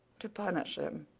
to punish him,